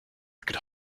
could